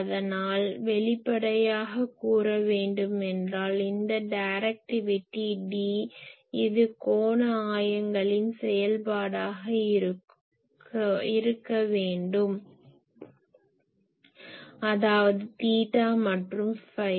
அதனால் வெளிப்படையாகக் கூற வேண்டுமென்றால் இந்த டைரக்டிவிட்டி D இது கோண ஆயங்களின் செயல்பாடாக இருக்க வேண்டும் அதாவது தீட்டா மற்றும் ஃபை